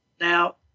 Now